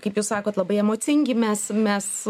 kaip jūs sakot labai emocingi mes mes